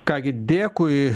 ką gi dėkui